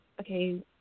okay